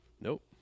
Nope